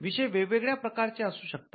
विषय वेगवेगळ्या प्रकारचे असू शकतात